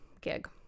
gig